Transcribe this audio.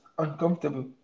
Uncomfortable